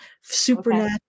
Supernatural